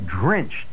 drenched